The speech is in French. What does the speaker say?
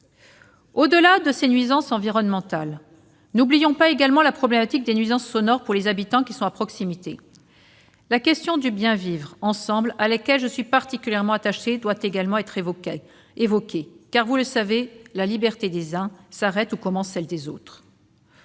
Au-delà de ces nuisances environnementales, n'oublions pas la problématique des nuisances sonores pour les riverains. La question du bien-vivre ensemble, à laquelle je suis particulièrement attachée, doit également être évoquée, car, on le sait, la liberté des uns s'arrête où commence celle des autres.